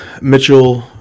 Mitchell